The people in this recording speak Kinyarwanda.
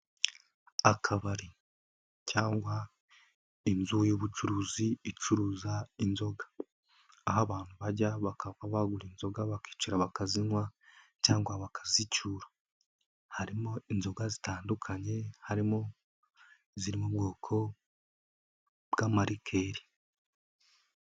Akabari cyangwa inzu y'ubucuruzi, icuruza inzoga, aho abantu bajya bakava bagura inzoga bakicara bakazinywa cyangwa bakazicyura, harimo inzoga zitandukanye harimo iziri mu bwoko bw'amalikeri.